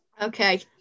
okay